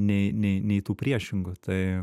nei nei nei tų priešingų tai